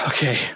Okay